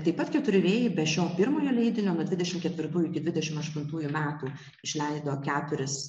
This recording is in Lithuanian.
taip pat keturi vėjai be šio pirmojo leidinio nuo dvidešimt ketvirtųjų iki dvidešimt aštuntųjų metų išleido keturis